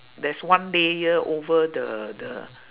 there's one layer over the the